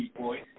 voice